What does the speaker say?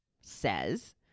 says